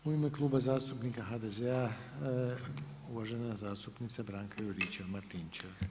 U ime Kluba zastupnika HDZ-a uvažena zastupnica Branka Juričev-Martinčev.